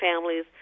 families